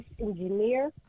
engineer